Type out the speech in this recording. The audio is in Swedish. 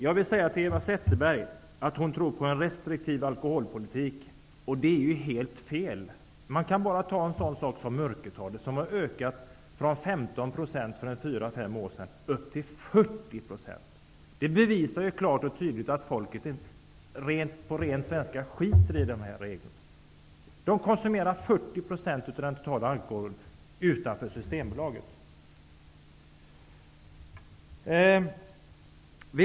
Jag vill säga till Eva Zetterberg som tror på restriktiv alkoholpolitik att det är helt fel. Man kan bara ta en sådan sak som mörkertalet. Det har ökat från 15 % för fyra fem år sedan till 40 %. Det bevisar klart och tydligt att folket på ren svenska skiter i de här reglerna. 40 % av den totala alkoholkonsumtionen sker utan att Systembolaget är inblandat.